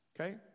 Okay